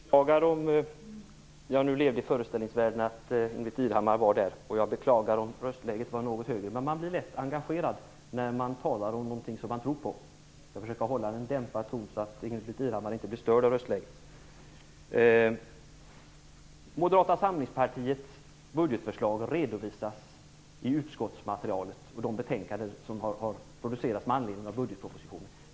Fru talman! Jag beklagar om jag levde i föreställningen att Ingbritt Irhammar var där, och jag beklagar om röstläget var något högt. Men det är lätt att bli engagerad när man talar om någonting som man tror på. Jag skall försöka att hålla en dämpad ton så att Ingbritt Irhammar inte blir störd av röstläget. Moderata samlingspartiets budgetförslag redovisas i utskottsmaterialet och de betänkanden som har producerats med anledning av budgetpropositionen.